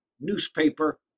newspaper